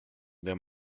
wenn